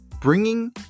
bringing